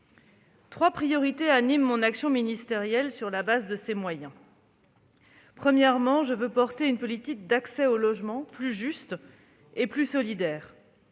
trois priorités animent mon action ministérielle. Premièrement, je veux mener une politique d'accès au logement plus juste et plus solidaire.